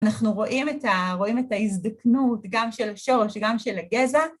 ‫אנחנו רואים את ההזדקנות ‫גם של השורש וגם של הגזע.